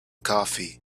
coffee